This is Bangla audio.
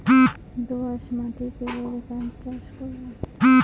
দোয়াস মাটি কিভাবে ধান চাষ করব?